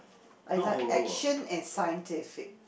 I like action and scientific